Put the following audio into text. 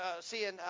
seeing